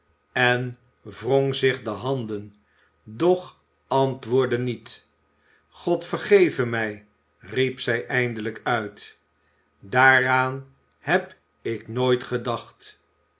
en wrong zich de handen doch antwoordde niet god vergeve mij riep zij eindelijk uit daaraan heb ik nooit gedacht